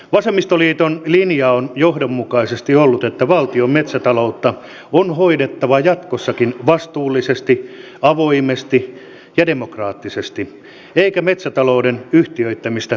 vasemmistoliiton linja on johdonmukaisesti ollut että valtion metsätaloutta on hoidettava jatkossakin vastuullisesti avoimesti ja demokraattisesti eikä metsätalouden yhtiöittämistä tule tehdä